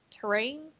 terrain